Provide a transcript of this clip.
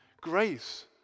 Grace